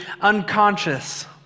unconscious